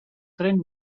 tren